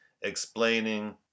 explaining